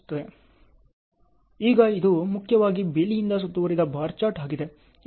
ಈಗ ಇದು ಮುಖ್ಯವಾಗಿ ಬೇಲಿಯಿಂದ ಸುತ್ತುವರಿದ ಬಾರ್ ಚಾರ್ಟ್ ಆಗಿದೆ